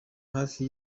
hafi